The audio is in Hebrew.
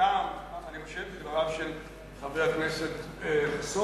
אני חושב שיש טעם בדבריו של חבר הכנסת חסון,